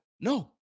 No